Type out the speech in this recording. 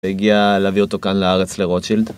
והגיע להביא אותו כאן לארץ לרוטשילד.